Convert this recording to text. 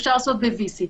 אפשר לעשות ב-VC,